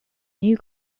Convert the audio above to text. new